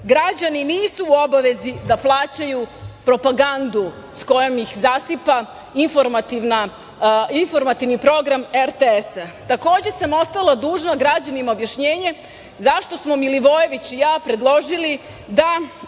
Ustavu. Građani nisu u obavezi da plaćaju propagandu s kojom ih zasipa informativni program RTS-a. Takođe sam ostala dužna građanima objašnjenje zašto smo Milivojević i ja predložili da